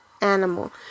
animal